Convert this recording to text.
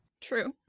True